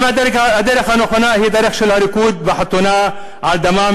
אם הדרך הנכונה היא דרך של הריקוד בחתונה על דמם